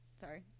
Sorry